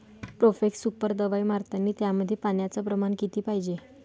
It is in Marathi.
प्रोफेक्स सुपर दवाई मारतानी त्यामंदी पान्याचं प्रमाण किती पायजे?